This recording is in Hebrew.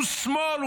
הוא שמאל,